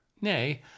nay